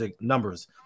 numbers